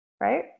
Right